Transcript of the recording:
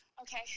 Okay